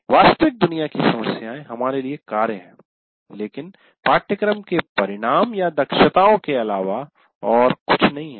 वास्तविक दुनिया की समस्याएं हमारे लिए कार्य हैं लेकिन पाठ्यक्रम के परिणाम या दक्षताओं के अलावा और कुछ नहीं हैं